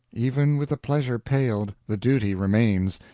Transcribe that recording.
even with the pleasure paled, the duty remains,